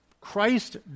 Christ